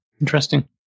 Interesting